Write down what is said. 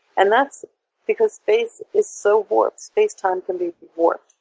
and that's because space is so warped. space time can be warped.